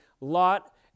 Lot